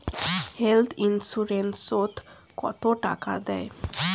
Health insurance ওত কত টাকা দেয়?